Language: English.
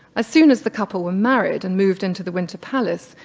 ah soon as the couple were married and moved into the winter palace,